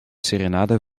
serenade